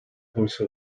also